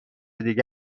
دیگه